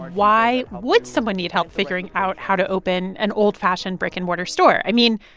why would someone need help figuring out how to open an old-fashioned brick-and-mortar store? i mean,